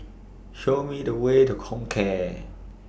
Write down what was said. Show Me The Way to Comcare